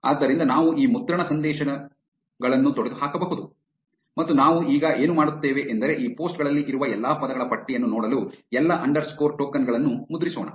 ಆದ್ದರಿಂದ ನಾವು ಈ ಮುದ್ರಣ ಸಂದೇಶಗಳನ್ನು ತೊಡೆದುಹಾಕಬಹುದು ಮತ್ತು ನಾವು ಈಗ ಏನು ಮಾಡುತ್ತೇವೆ ಎಂದರೆ ಈ ಪೋಸ್ಟ್ ಗಳಲ್ಲಿ ಇರುವ ಎಲ್ಲಾ ಪದಗಳ ಪಟ್ಟಿಯನ್ನು ನೋಡಲು ಎಲ್ಲಾ ಅಂಡರ್ಸ್ಕೋರ್ ಟೋಕನ್ ಗಳನ್ನು ಮುದ್ರಿಸೋಣ